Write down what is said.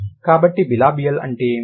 కాబట్టి బిలాబియల్ అంటే ఏమిటి